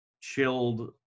chilled